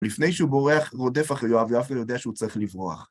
לפני שהוא בורח, הוא רודף אחרי יואב, יואב אפילו יודע שהוא צריך לברוח.